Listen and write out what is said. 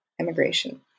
emigration